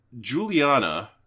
Juliana